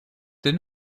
did